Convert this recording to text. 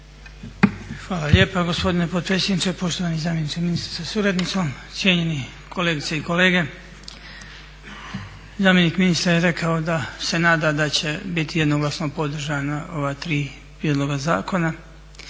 Hvala lijepa gospodine potpredsjedniče, poštovani zamjeniče ministra sa suradnicom, cijenjeni kolegice i kolege. Zamjenik ministra je rekao da se nada da će biti jednoglasno podržana ova tri prijedloga zakona.